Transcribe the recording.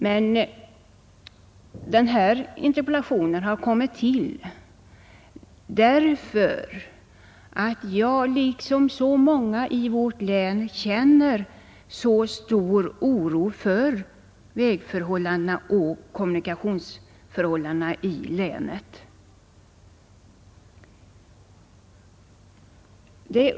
Men jag framställde interpellationen av den anledningen att jag liksom så många andra i vårt län känner stor oro för vägoch kommunikationsförhållandena i länet.